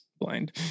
blind